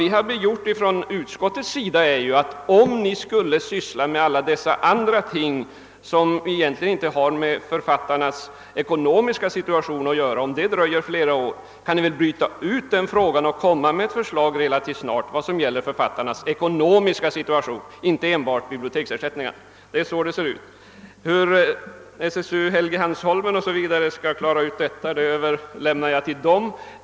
Vad utskottei har gjort är att säga, att om ni skall syssla med alla dessa andra ting, som egentligen inte har med författarnas ekonomiska situation att göra, och det dröjer flera år, så kan ni bryta ut denna fråga och ganska snart komma med ett förslag om författarnas ekonomiska situation, alltså inte enbart biblioteksersättningen. Hur SSU Helgeandsholmen skall klara ut detta överlåter jag till dem.